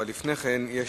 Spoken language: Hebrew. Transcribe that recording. אבל לפני כן יש